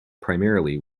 primarily